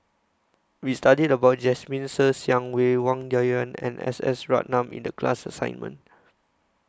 We studied about Jasmine Ser Xiang Wei Wang Dayuan and S S Ratnam in The class assignment